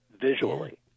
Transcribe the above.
visually